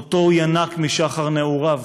שהוא ינק משחר נעוריו?